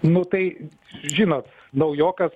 nu tai žinot naujokas